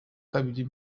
kabiri